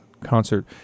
concert